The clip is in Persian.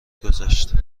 گذشت